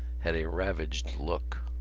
had a ravaged look.